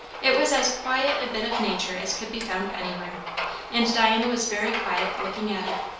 it was as quiet a bit of nature as could be found anywhere and diana was very quiet looking at it.